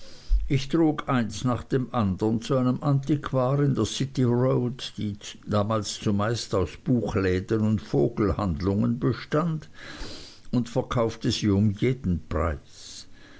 ich trug eins nach dem andern zu einem antiquar in der city road die damals zumeist aus buchläden und vogelhandlungen bestand und verkaufte sie um jeden preis